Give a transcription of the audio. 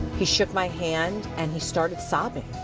he shooked my hand and he started sobbing,